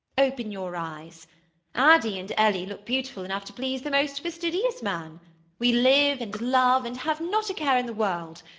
open your eyes addy and ellie look beautiful enough to please the most fastidious man we live and love and have not a care in the world.